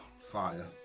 Fire